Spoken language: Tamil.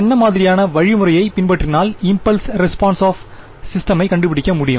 என்ன மாதிரியான வழிமுறையை பின்பற்றினால் இம்பல்ஸ் ரெஸ்பான்ஸ் ஆப் சிஸ்டமை கண்டுபிடிக்க முடியும்